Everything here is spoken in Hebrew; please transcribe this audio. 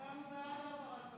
עד שיסדירו את זה,